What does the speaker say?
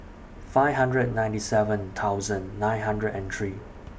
five hundred and ninety seven thousand nine hundred and three